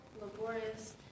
laborious